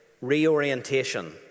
reorientation